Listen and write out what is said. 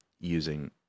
using